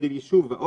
גודל ישוב ועוד.